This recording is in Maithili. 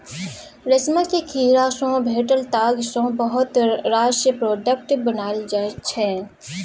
रेशमक कीड़ा सँ भेटल ताग सँ बहुत रास प्रोडक्ट बनाएल जाइ छै